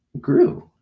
grew